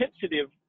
sensitive